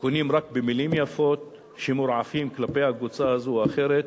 קונים רק במלים יפות שמורעפות כלפי קבוצה זו או אחרת,